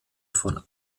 von